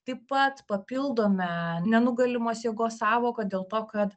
taip pat papildome nenugalimos jėgos sąvoką dėl to kad